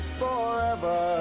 forever